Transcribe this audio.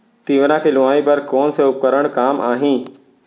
तिंवरा के लुआई बर कोन से उपकरण काम आही?